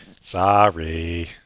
Sorry